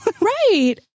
Right